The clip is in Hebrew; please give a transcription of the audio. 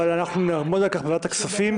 אבל אנחנו נעמוד על כך בוועדת הכספים,